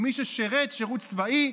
במי ששירת שירות צבאי,